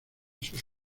sus